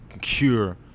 cure